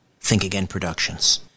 thinkagainproductions